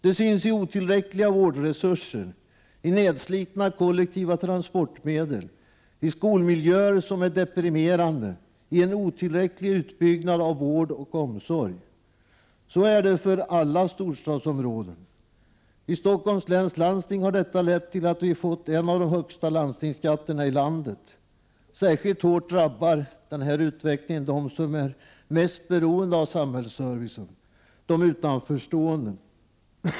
De syns i otillräckliga vårdresurser, i nedslitna kollektiva transportmedel, i skolmiljöer som är deprimerande och i en otillräcklig utbyggnad av vård och omsorg. Så är det för alla storstadsområden. I Stockholms läns landsting har detta lett till att vi fått en av de högsta landstingsskatterna i landet. Särskilt hårt drabbar denna utveckling dem som är mest beroende av samhällsservice — de utanförstående.